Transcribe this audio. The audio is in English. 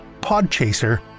Podchaser